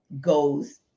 goes